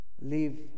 leave